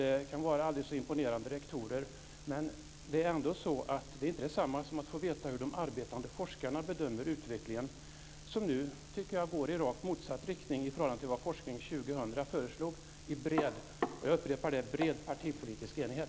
Det kan vara aldrig så imponerande rektorer, men det är inte detsamma som att få veta hur de arbetande forskarna bedömer utvecklingen, som nu går i rakt motsatt riktning i förhållande till vad Forskning 2000 föreslog, i bred partipolitisk enighet.